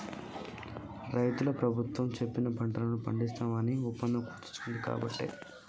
రైతులు ప్రభుత్వం చెప్పిన పంటలను పండిస్తాం అని ఒప్పందం కుదుర్చుకునబట్టే